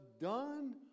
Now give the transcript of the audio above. done